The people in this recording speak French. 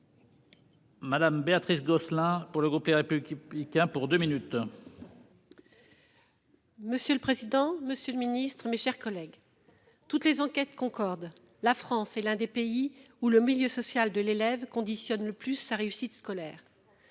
Madame Béatrice Gosselin pour le groupe puis qui tient pour 2 minutes. Monsieur le président, Monsieur le Ministre, mes chers collègues. Toutes les enquêtes concordent. La France est l'un des pays où le milieu social de l'élève conditionne le plus sa réussite scolaire.